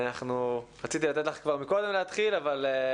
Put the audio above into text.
בבקשה.